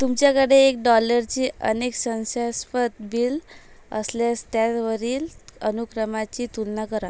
तुमच्याकडे एक डॉलरचे अनेक संशयास्पद बिल असल्यास त्यावरील अनुक्रमाची तुलना करा